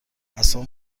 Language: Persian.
عصام